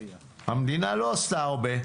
המדינה לא עושה הרבה.